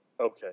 Okay